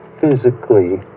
physically